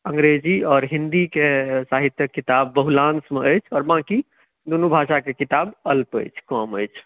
अंग्रेजी आओर हिन्दीके साहित्यक किताब बहुलांशमे अछि आओर बाँकी दुनू भाषाके किताब अल्प अछि कम अछि